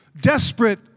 Desperate